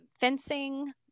fencing